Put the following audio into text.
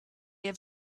have